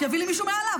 שיביא לי מישהו מעליו.